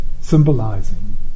symbolizing